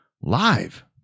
live